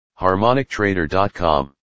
HarmonicTrader.com